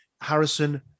Harrison